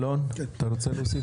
אלון, אתה רוצה להוסיף?